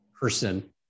person